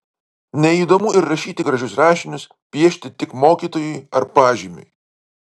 neįdomu ir rašyti gražius rašinius piešti tik mokytojui ar pažymiui